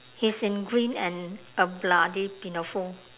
he's in green and a bloody pinafore